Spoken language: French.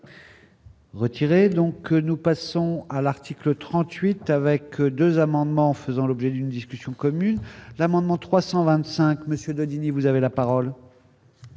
Retirez donc nous passons à l'article 38 avec 2 amendements faisant l'objet d'une discussion commune : l'amendement 325 Monsieur Daudigny, vous avez la parole.